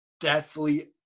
deathly –